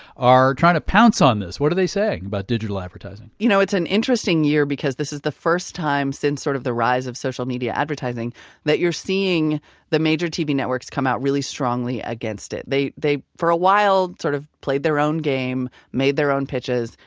are trying to pounce on this. what are they saying about digital advertising? you know, it's an interesting year, because this is the first time since sort of the rise of social media advertising that you're seeing the major tv networks come out really strongly against it. they, for a while, sort of played their own game, made their own pitches.